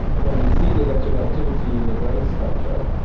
when you see the electrical activity in the brain structure,